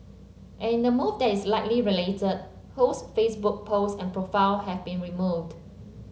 and in a move that is likely related Ho's Facebook post and profile have been removed